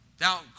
now